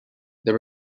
the